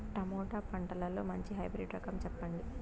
Tomato పంటలో మంచి hybrid రకం చెప్పండి?